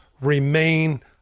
remain